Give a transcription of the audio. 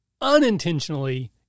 unintentionally